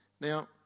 Now